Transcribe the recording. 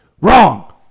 Wrong